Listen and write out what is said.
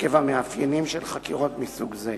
עקב המאפיינים של חקירות מסוג זה.